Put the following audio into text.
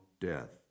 death